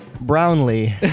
Brownlee